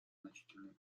значительный